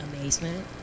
amazement